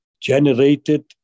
generated